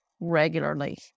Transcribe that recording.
regularly